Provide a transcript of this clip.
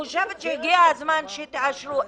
אני חושבת שהגיע הזמן שתאשרו.